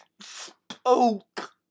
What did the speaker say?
spoke